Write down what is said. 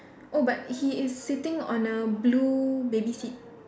oh but he is sitting on a blue baby seat